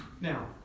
Now